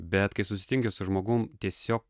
bet kai susitinki su žmogum tiesiog